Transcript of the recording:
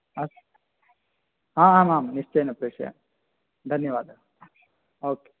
अस्तु आ आमामां निश्चयेन प्रेषयामि धन्यवादः ओके